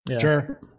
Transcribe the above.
Sure